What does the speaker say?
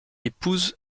épouse